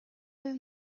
will